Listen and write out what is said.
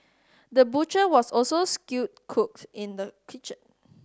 the butcher was also skilled cook in the kitchen